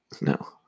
No